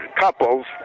couples